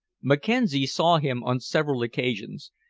mackenzie saw him on several occasions,